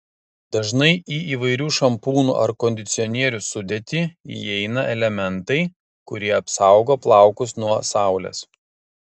dažnai į įvairių šampūnų ar kondicionierių sudėtį įeina elementai kurie apsaugo plaukus nuo saulės